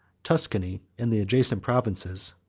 tuscany, and the adjacent provinces,